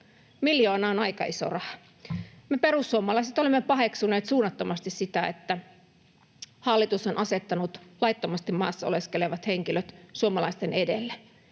Miljoona on aika iso raha. Me perussuomalaiset olemme paheksuneet suunnattomasti sitä, että hallitus on asettanut laittomasti maassa oleskelevat henkilöt suomalaisten edelle.